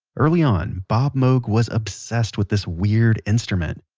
early on, bob moog was obsessed with this weird instrument.